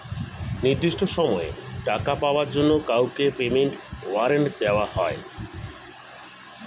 নির্দিষ্ট সময়ে টাকা পাওয়ার জন্য কাউকে পেমেন্ট ওয়ারেন্ট দেওয়া হয়